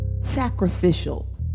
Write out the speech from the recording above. Sacrificial